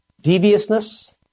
deviousness